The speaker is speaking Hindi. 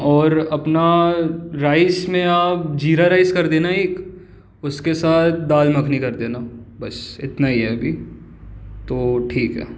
और अपना राइस में आप ज़ीरा राइस कर देना एक उसके साथ दाल मखनी कर देना बस इतना ही है अभी तो ठीक है